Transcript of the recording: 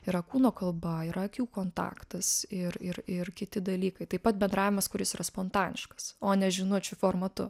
yra kūno kalba yra akių kontaktas ir ir ir kiti dalykai taip pat bendravimas kuris yra spontaniškas o ne žinučių formatu